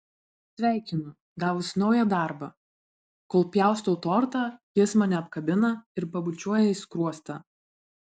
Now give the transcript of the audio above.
sveikinu gavus naują darbą kol pjaustau tortą jis mane apkabina ir pabučiuoja į skruostą